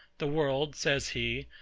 the world, says he,